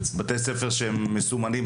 בתי ספר שהם מסומנים,